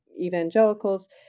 evangelicals